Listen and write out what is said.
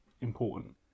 important